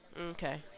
Okay